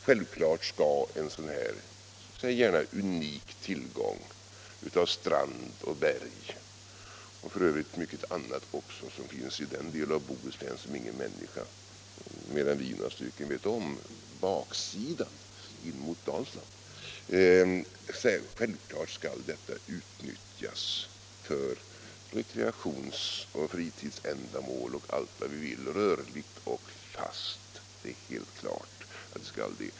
En - låt oss gärna kalla det så — unik tillgång till strand och berg, och f. ö. också av mycket annat, som denna i en del av Bohuslän som inte många känner till, på landskapets baksida mot Dalsland, skall självfallet utnyttjas för rekreationsoch fritidsändamål osv., såväl för de rörliga som för de fasta aktiviteterna.